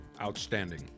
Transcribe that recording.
Outstanding